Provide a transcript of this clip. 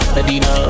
Medina